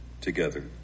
together